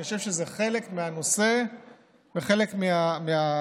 אני חושב שזה חלק מהנושא וחלק מהנגזרת